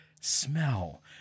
smell